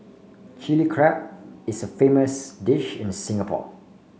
Chilli Crab is a famous dish in Singapore